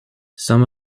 some